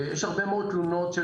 יש הרבה מאוד תלונות של תושבים.